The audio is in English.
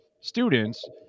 students